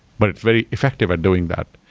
but it's very effective at doing that.